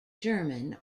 german